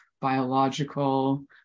biological